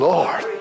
Lord